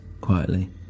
quietly